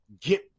get